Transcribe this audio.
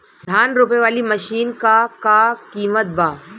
धान रोपे वाली मशीन क का कीमत बा?